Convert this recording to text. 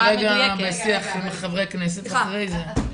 יש פה שיח של חברי כנסת, אז אחרי זה.